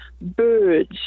birds